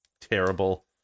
terrible